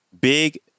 Big